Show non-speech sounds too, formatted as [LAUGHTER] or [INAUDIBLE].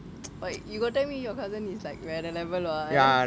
[NOISE] !oi! you got tell me your cousin is like வேற:vera level [what]